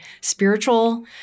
spiritual